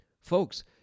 Folks